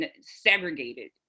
segregated